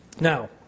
Now